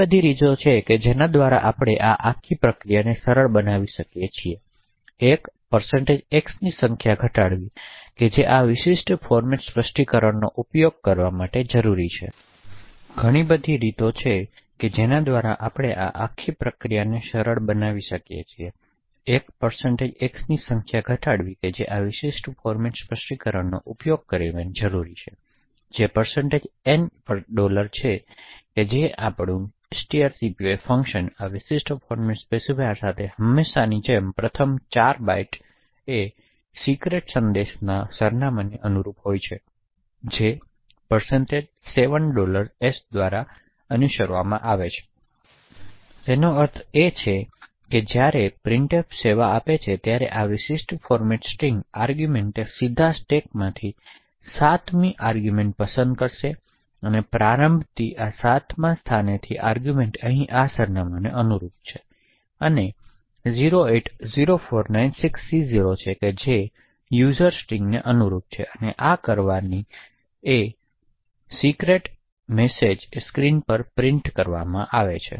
ઘણી બધી રીતો છે કે જેના દ્વારા આપણે આ આખી પ્રક્રિયાને સરળ બનાવી શકીએ છીએ એક x ની સંખ્યા ઘટાડવી જે આ વિશિષ્ટ ફોર્મેટ સ્પષ્ટીકરણનો ઉપયોગ કરીને જરૂરી છે જે N છે તેથી આપણું strcpy ફંક્શન આ વિશિષ્ટ ફોર્મેટ સ્પેસિફાયર સાથે હંમેશની જેમ પ્રથમ 4 બાઇટ્સ ગુપ્ત સંદેશના સરનામાંને અનુરૂપ હોય છે જે 7 s દ્વારા અનુસરવામાં આવે છે તેથી તેનો અર્થ એ છે કે જ્યારે પ્રિન્ટફ સેવાઓ આપે છે ત્યારે આ વિશિષ્ટ ફોર્મેટ સ્ટ્રિંગ આર્ગૂમેંટ તે સીધા સ્ટેકમાંથી 7th આર્ગૂમેંટ પસંદ કરશે તેથીપ્રારંભ કરીને 7મી આ સ્થાનથીઆર્ગૂમેંટ અહીં આ સરનામાંને અનુરૂપ છે અને આ 080496C0 છે જે વપરાશકર્તા સ્ટ્રિંગને અનુરૂપ છે અને આ કરવાથી ગુપ્ત સંદેશ સ્ક્રીન પર પ્રિન્ટ કરવામાં આવશે